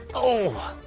oh,